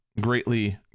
greatly